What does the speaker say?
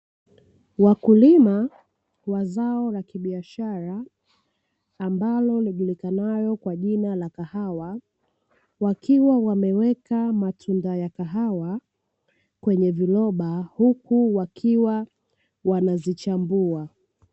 Wakulima wa zao la kibiashara, ambalo lijulikanalo kwa jina la kahawa, wakiwa wameweka matunda ya kahawa kwenye viroba, huku wakiwa wanazichambua.